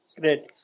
Great